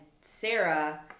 Sarah